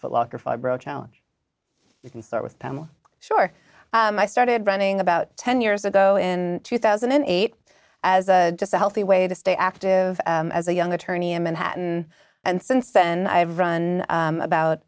footlocker fibro challenge you can start with them sure i started running about ten years ago in two thousand and eight as just a healthy way to stay active as a young attorney in manhattan and since then i've run about